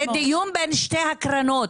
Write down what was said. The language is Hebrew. זה דיון בין שתי הקרנות.